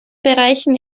bereichen